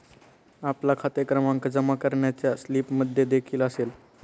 आपला खाते क्रमांक जमा करण्याच्या स्लिपमध्येदेखील असेल